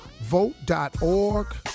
Vote.org